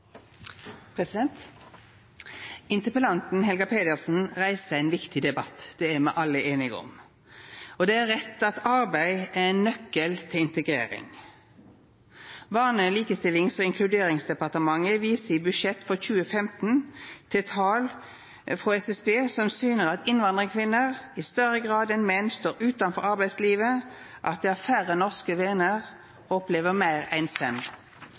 me alle einige om. Og det er rett at arbeid er ein nøkkel til integrering. Barne-, likestillings- og inkluderingsdepartementet viser i budsjett for 2015 til tal frå SSB som syner at innvandrarkvinner i større grad enn menn står utanfor arbeidslivet, at dei har færre norske vener og opplever meir